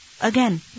Again